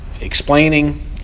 explaining